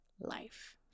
life